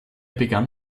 begann